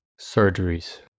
Surgeries